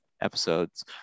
episodes